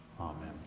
Amen